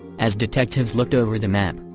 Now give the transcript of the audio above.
as detectives looked over the map,